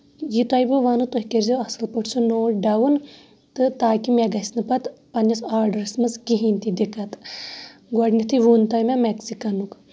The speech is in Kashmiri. یہِ تۄہہِ مےٚ ووٚنو تُہۍ کٔرزیٚو سُہ اَصٕل پٲٹھۍ نوٹ ڈَوُن تہٕ تاکہِ مےٚ گژھِنہٕ پَتہٕ پَنٕنِس آرڈرَس منٛز کِہینۍ تہِ دِکت گۄڈٕنیتھٕے ووٚن تۄہہِ مےٚ میکسِکنُک